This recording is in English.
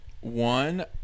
one